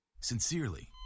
Sincerely